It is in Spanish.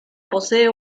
posee